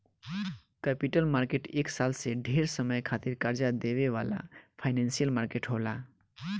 capital market एक साल से ढेर समय खातिर कर्जा देवे वाला फाइनेंशियल मार्केट होला